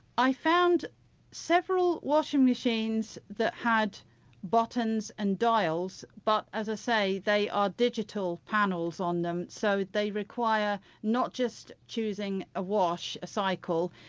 i found several washing machines that had buttons and dials but, as i say, they are digital panels on them so they require not just choosing a wash, a cycle,